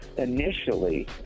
Initially